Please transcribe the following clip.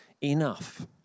enough